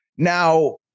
Now